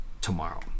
tomorrow